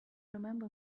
remember